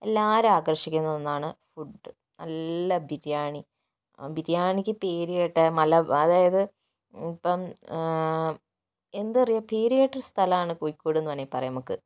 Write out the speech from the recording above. എല്ലാവരേയും ആകർഷിക്കുന്ന ഒന്നാണ് ഫുഡ് നല്ല ബിരിയാണി ബിരിയാണിക്ക് പേര് കേട്ട മല അതായത് ഇപ്പോൾ എന്താ പറയുക പേരു കേട്ടൊരു സ്ഥലമാണ് കോഴിക്കോട് എന്ന് വേണമെങ്കിൽ പറയാം നമുക്ക്